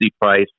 price